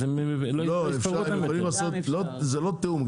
אז הם --- לא, הם יכולים לעשות, זה לא תיאום.